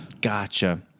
Gotcha